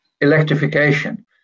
electrification